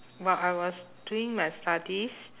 while I was doing my studies